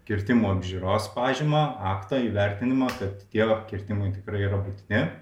kirtimų apžiūros pažymą aktą įvertinimą kad tie kirtimai tikrai yra būtini